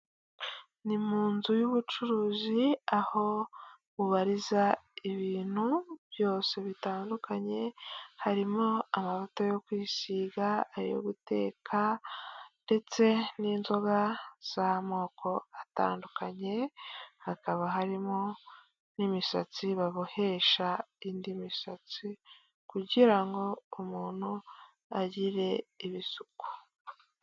Ni mu nzu y'ubucuruzi aho ubariza ibintu byose bitandukanye, harimo amavuta yo kwisiga, ayo guteka ndetse n'inzoga z'amoko atandukanye, hakaba harimo n'imisatsi babohesha indi misatsi kugira ngo umuntu agire ibisuko.